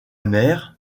mère